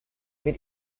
mit